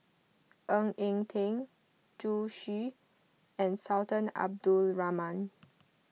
Ng Eng Teng Zhu Xu and Sultan Abdul Rahman